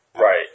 Right